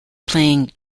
playing